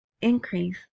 increase